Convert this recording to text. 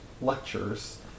lectures